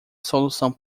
solução